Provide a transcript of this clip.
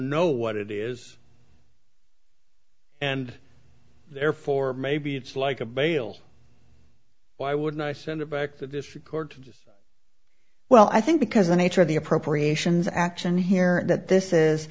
know what it is and therefore maybe it's like a bail why wouldn't i send it back the district court just well i think because the nature of the appropriations action here th